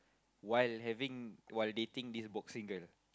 while having while dating this boxing girl